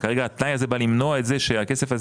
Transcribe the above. כרגע התנאי הזה בא למנוע את זה שהכסף הזה